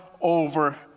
over